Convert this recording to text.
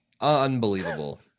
Unbelievable